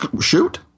Shoot